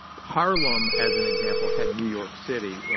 harlem, as an example, had new york city.